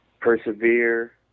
Persevere